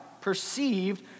perceived